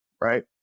Right